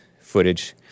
footage